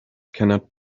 cannot